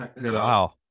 Wow